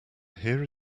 here